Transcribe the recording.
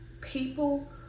people